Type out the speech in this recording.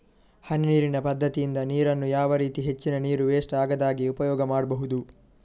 ಹನಿ ನೀರಿನ ಪದ್ಧತಿಯಿಂದ ನೀರಿನ್ನು ಯಾವ ರೀತಿ ಹೆಚ್ಚಿನ ನೀರು ವೆಸ್ಟ್ ಆಗದಾಗೆ ಉಪಯೋಗ ಮಾಡ್ಬಹುದು?